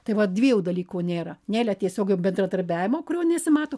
tai vat dviejų dalykų nėra nėle tiesiog bendradarbiavimo kurio nesimato